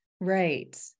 right